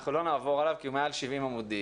אנחנו לא נעבור עליו כי הוא מעל 70 עמודים,